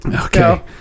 Okay